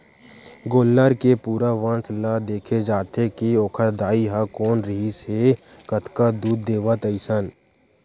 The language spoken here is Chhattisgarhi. गोल्लर के पूरा वंस ल देखे जाथे के ओखर दाई ह कोन रिहिसए कतका दूद देवय अइसन